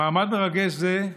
במעמד מרגש זה,